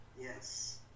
Yes